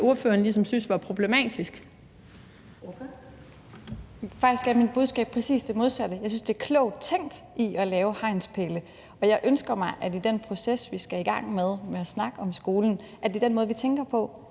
Ordføreren. Kl. 12:01 Lotte Rod (RV): Faktisk er mit budskab præcis det modsatte. Jeg synes, der er noget klogt tænkt i at lave hegnspæle, og jeg ønsker mig, at i den proces, vi skal i gang med, med at snakke om skolen, så er det den måde, vi tænker på,